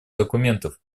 документов